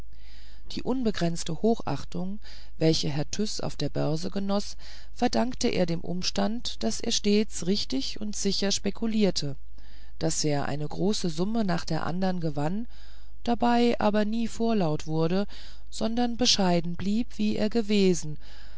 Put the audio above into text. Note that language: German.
die unbegrenzte hochachtung welche herr tyß auf der börse genoß verdankte er dem umstande daß er stets richtig und sicher spekulierte daß er eine große summe nach der andern gewann dabei aber nie vorlaut wurde sondern bescheiden blieb wie er gewesen